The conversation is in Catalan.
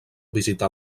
visitar